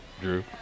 Drew